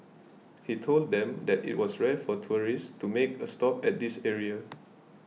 he told them that it was rare for tourists to make a stop at this area